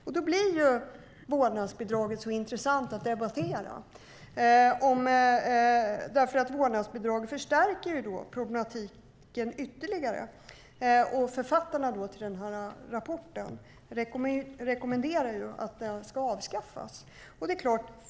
Just därför blir vårdnadsbidraget så intressant att debattera. Vårdnadsbidraget förstärker ju då problematiken ytterligare. Författarna till rapporten rekommenderar att det ska avskaffas.